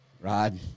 Rod